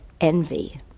envy